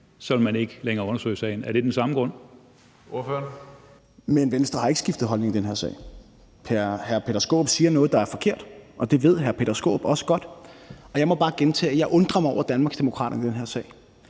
(Karsten Hønge): Ordføreren. Kl. 17:19 Morten Dahlin (V): Men Venstre har ikke skiftet holdning i den her sag. Hr. Peter Skaarup siger noget, der er forkert, og det ved hr. Peter Skaarup også godt. Jeg vil bare gentage, at jeg undrer mig over Danmarksdemokraterne i den her sag,